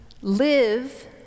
live